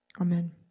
Amen